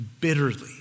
bitterly